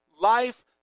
life